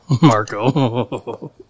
Marco